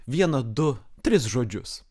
vieną du tris žodžius